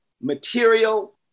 material